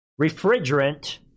refrigerant